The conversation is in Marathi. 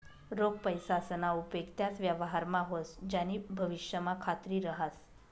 रोख पैसासना उपेग त्याच व्यवहारमा व्हस ज्यानी भविष्यमा खात्री रहास